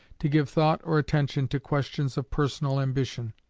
to give thought or attention to questions of personal ambition.